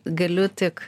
galiu tik